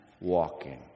walking